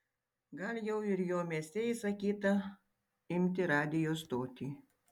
gal jau ir jo mieste įsakyta imti radijo stotį